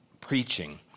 preaching